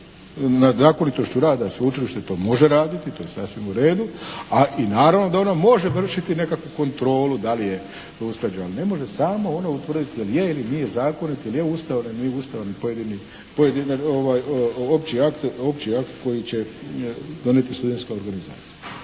nad zakonitošću rada svučilišta to može raditi. To je sasvim u redu, a i naravno da ona može vršiti nekakvu kontrolu da li je to usklađeno. Ali ne može samo ono utvrditi je li je ili nije zakonit, je li ustavan ili nije ustavan pojedini opći akt koji će donijeti studentska organizacija.